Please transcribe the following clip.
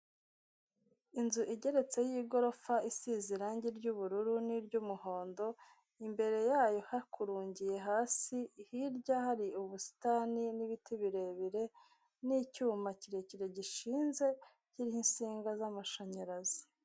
Serivisi za banki ya kigali zegerejwe abaturage ahanga baragaragaza uko ibikorwa biri kugenda bikorwa aho bagaragaza ko batanga serivisi zo kubika, kubikura, kuguriza ndetse no kwakirana yombi abakiriya bakagira bati murakaza neza.